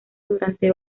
durante